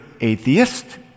atheist